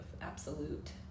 absolute